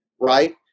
right